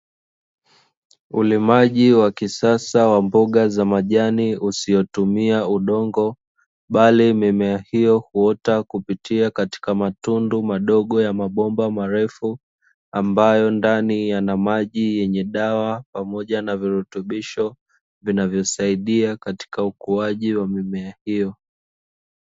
Ulimaji wa kisasa wa mboga za majani usiyotumia udongo, bali mimea hiyo huota kupitia katika matundu madogo ya mabomba marefu ambayo ndani yana maji yenye dawa pamoja na virutubisho vinavyosaidia katika ukuaji wa mimea hiyo.